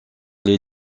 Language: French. les